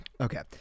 Okay